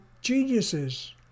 geniuses